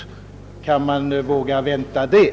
Kan man våga vänta det?